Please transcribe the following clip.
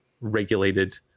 regulated